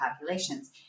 populations